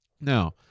Now